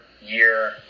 year